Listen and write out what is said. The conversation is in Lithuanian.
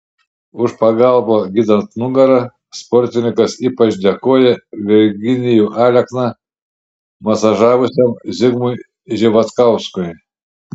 už pagalbą gydant nugarą sportininkas ypač dėkoja virgilijų alekną masažavusiam zigmui živatkauskui